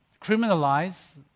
criminalize